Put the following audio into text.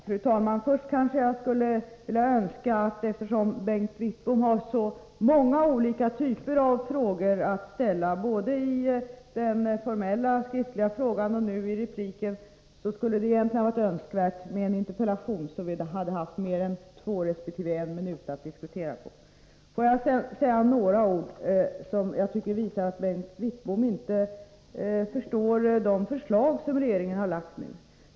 Fru talman! Först vill jag säga att eftersom Bengt Wittbom har så många olika typer av frågor att ställa, både i den formella, skriftliga frågan och i sin replik, skulle det egentligen ha varit önskvärt med en interpellationsdebatt, så att vi hade haft mer än två resp. en minut för våra inlägg i diskussionen. Så några ord om de förslag som regeringen har lagt fram, eftersom jag tycker Bengt Wittboms inlägg visar att han inte riktigt förstår innebörden av dem.